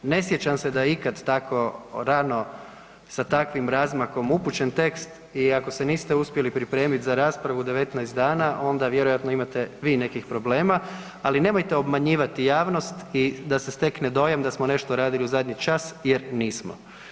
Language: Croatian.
Ne sjećam se da je ikad tako rano, sa takvim razmakom upućen tekst i ako se niste uspjeli pripremiti za raspravu 19 dana, onda vjerojatno imate vi nekih problema, ali nemojte obmanjivati javnost i da se stekne dojam da smo nešto radili u zadnji čas jer nismo.